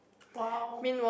!wow!